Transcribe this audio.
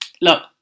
look